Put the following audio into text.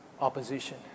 opposition